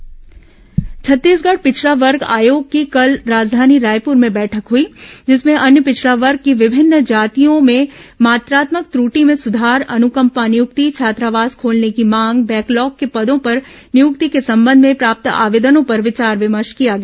पिछड़ा वर्ग आयोग बैठक छत्तीसगढ़ पिछड़ा वर्ग आयोग की कल राजधानी रायपुर में बैठक हुई जिसमें अन्य पिछड़ा वर्ग की विभिन्न जातियों में मात्रात्मक त्रटि में सुधार अनुकंपा नियुक्ति छात्रवास खोलने की मांग बैकलॉग के पदों पर नियुक्ति के संबंध में प्राप्त आवेदनों पर विचार विमर्श किया गया